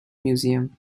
museum